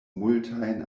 multajn